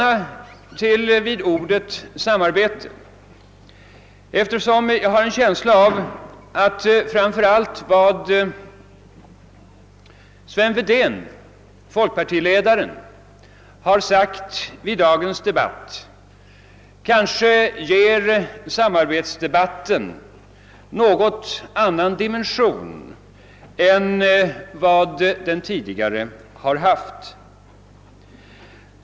Jag vill stanna vid ordet »samarbete», eftersom jag har en känsla av att framför allt vad folkpartiledaren Sven Wedén sagt i dagens debatt kanske ger samarbetsdebatten en något annan dimension än vad den tidigare haft.